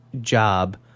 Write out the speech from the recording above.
job